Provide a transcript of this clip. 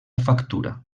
factura